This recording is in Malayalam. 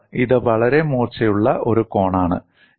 ഓർക്കുക ഇത് വളരെ മൂർച്ചയുള്ള ഒരു കോണാണ്